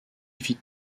fit